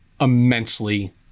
immensely